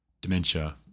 dementia